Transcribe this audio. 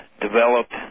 developed